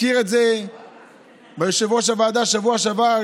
הזכיר את זה יושב-ראש הוועדה בשבוע שעבר,